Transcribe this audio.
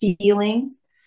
feelings